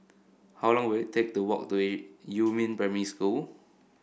how long will it take to walk to Yumin Primary School